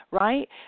right